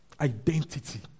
identity